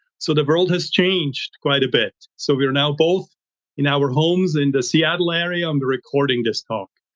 so the world has changed quite a bit. so we are now both in our homes in the seattle area on the recording this talk.